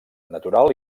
natural